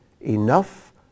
Enough